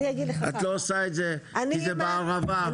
את לא עושה את זה כי זה בערבה,